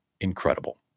incredible